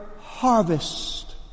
harvest